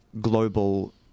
global